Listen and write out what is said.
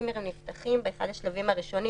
שצימרים נפתחים באחד השלבים הראשונים,